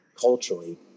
culturally